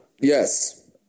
Yes